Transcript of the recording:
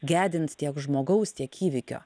gedint tiek žmogaus tiek įvykio